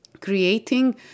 creating